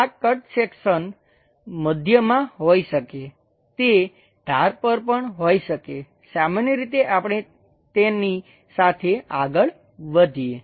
આ cut section મધ્યમાં હોઈ શકે તે ધાર પર પણ હોઈ શકે સામાન્ય રીતે આપણે તેની સાથે આગળ વધીએ